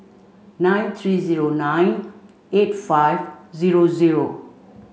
nine three zero nine eight five zero zero